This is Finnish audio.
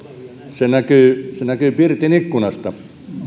se näkyy se näkyy pirtin ikkunasta